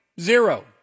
Zero